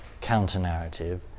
counter-narrative